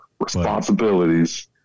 Responsibilities